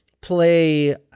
play